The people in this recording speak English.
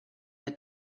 the